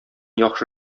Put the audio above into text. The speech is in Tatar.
яхшы